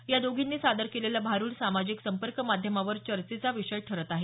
या दोघींनी सादर केलेले भारूड सामाजिक संपर्क माध्यमावर चर्चेचा विषय ठरत आहे